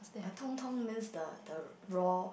a means the the raw